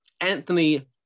Anthony